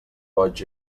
boig